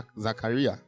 Zachariah